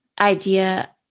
idea